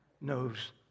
knows